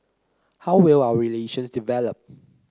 how will our relations develop